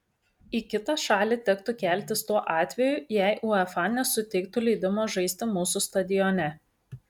į kitą šalį tektų keltis tuo atveju jei uefa nesuteiktų leidimo žaisti mūsų stadione